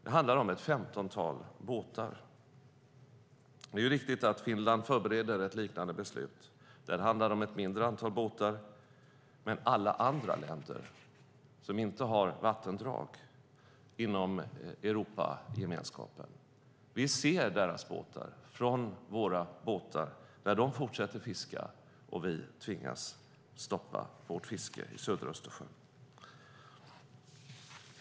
Det handlar om ett femtontal båtar. Det är riktigt att Finland förbereder ett liknande beslut. Där handlar det om ett mindre antal båtar. Sedan har vi alla andra länder inom Europagemenskapen, länder som inte har vattendrag. Vi ser deras båtar från våra båtar när de fortsätter att fiska medan vi tvingas stoppa vårt fiske i södra Östersjön.